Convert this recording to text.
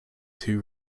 two